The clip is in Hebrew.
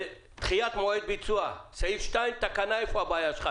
דחיית מועד ביצוע, סעיף 2. איפה הבעיה שלך?